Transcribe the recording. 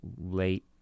late